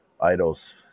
idols